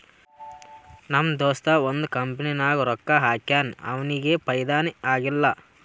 ನಮ್ ದೋಸ್ತ ಒಂದ್ ಕಂಪನಿನಾಗ್ ರೊಕ್ಕಾ ಹಾಕ್ಯಾನ್ ಅವ್ನಿಗ ಫೈದಾನೇ ಆಗಿಲ್ಲ